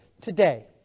today